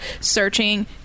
searching